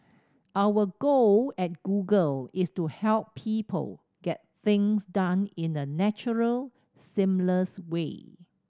our goal at Google is to help people get things done in a natural seamless way